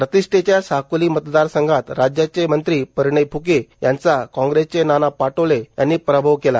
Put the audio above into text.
प्रतिश्ठेच्या साकोली मतदारसंघात राज्याचे मंत्री परिणय फ्के यांचा काँग्रेसचे नाना पटोले यांनी पराभव केला